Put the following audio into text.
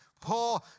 poor